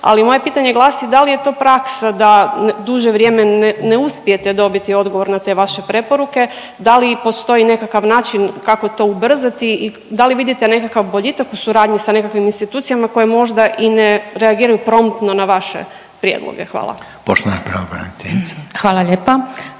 ali moje pitanje glasi da li je to praksa da duže vrijeme ne uspijete dobiti odgovor na te vaše preporuke, da li i postoji nekakav način kako to ubrzati i da li vidite nekakav boljitak u suradnji sa nekakvim institucijama koje možda i ne reagiraju promptno na vaše prijedloge. Hvala. **Reiner, Željko